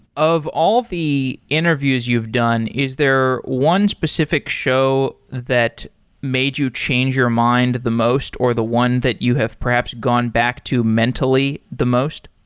of all the interviews you've done, is there one specific show that made you change your mind the most, or the one that you have perhaps gone back to mentally the most?